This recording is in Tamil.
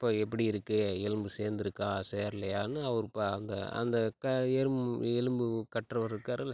இப்போ எப்படி இருக்கு எலும்பு சேர்ந்துருக்கா சேரலயான்னு அவரு பா அந்த அந்த கா எலும்பு எலும்பு கட்றவர் இருக்காரல்ல